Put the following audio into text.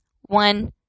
One